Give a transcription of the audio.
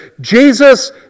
Jesus